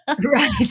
Right